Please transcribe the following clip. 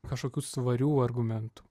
kažkokių svarių argumentų